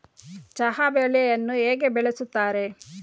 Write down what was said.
ಚಹಾ ಬೆಳೆಯನ್ನು ಹೇಗೆ ಬೆಳೆಯುತ್ತಾರೆ?